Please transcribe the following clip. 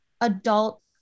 adult